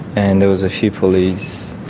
and there was a few police.